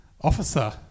officer